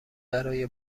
برای